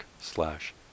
slash